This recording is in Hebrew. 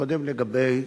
קודם כול לגבי צפת,